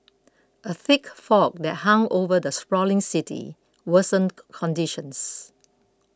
a thick fog that hung over the sprawling city worsened conditions